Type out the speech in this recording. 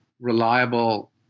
reliable